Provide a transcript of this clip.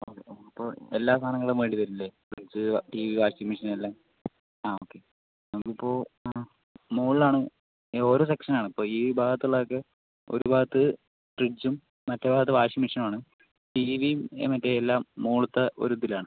okay അപ്പോൾ എല്ലാ സാധനങ്ങളും വേണ്ടി വരില്ലെ ഫ്രിഡ്ജ് ടിവി വാഷിംഗ് മെഷീൻ എല്ലാം ആ ഓക്കെ നമ്മൾ ഇപ്പോൾ ആ മുകളിൽ ആണ് ഓരോ സെക്ഷൻ ആണ് ഇപ്പോൾ ഈ ഭാഗത്ത് ഉള്ള ഒക്കെ ഒരു ഭാഗത്ത് ഫ്രിഡ്ജും മറ്റേ ഭാഗത്ത് വാഷിംഗ് മെഷീനും ആണ് ടിവിയും മറ്റേ എല്ലാം മുകളിൽത്തെ ഒരു ഇതിലാണ്